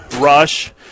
rush